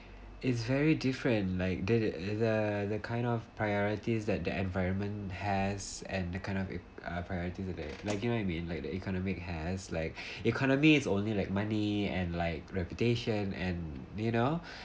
it's very different like the the the kind of priorities that the environment has and that kind of uh priority that they like you get what I mean like the economic has like economy is only like money and like reputation and you know